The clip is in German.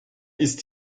ist